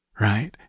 right